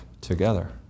together